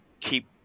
keep